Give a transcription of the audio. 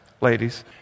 Ladies